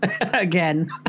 Again